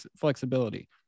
flexibility